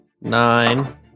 nine